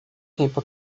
tempo